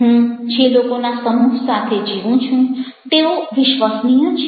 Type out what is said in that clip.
હું જે લોકોના સમૂહ સાથે જીવું છું તેઓ વિશ્વસનીય છે